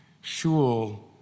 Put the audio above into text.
Shul